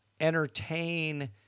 entertain